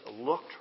looked